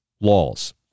laws